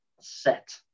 set